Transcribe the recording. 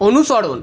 অনুসরণ